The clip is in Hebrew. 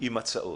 עם הצעות.